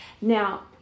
now